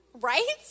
right